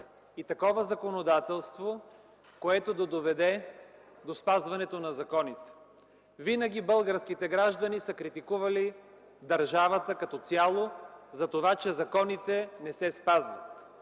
и такова законодателство, което да доведе до спазването на законите. Винаги българските граждани са критикували държавата като цяло за това, че законите не се спазват.